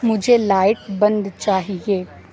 مجھے لائٹ بند چاہیے